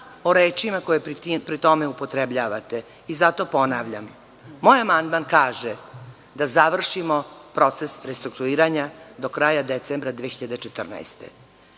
o rečima koje pri tome upotrebljavate. Zato, ponavljam, moj amandman kaže da završimo proces restrukturiranja do kraja decembra 2014.